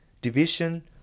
division